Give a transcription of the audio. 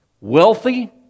wealthy